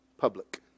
public